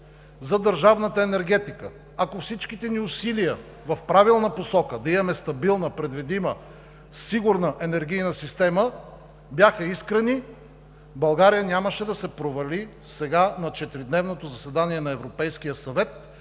за държавната енергетика, ако всичките ни усилия в правилна посока – да имаме стабилна, предвидима, сигурна енергийна система, бяха искрени, България нямаше да се провали сега на четиридневното заседание на Европейския съвет,